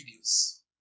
videos